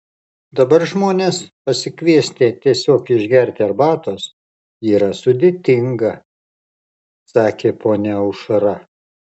dabar žmones pasikviesti tiesiog išgerti arbatos yra sudėtinga sakė ponia aušra